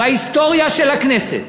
בהיסטוריה של הכנסת,